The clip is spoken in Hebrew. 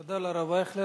תודה לרב אייכלר.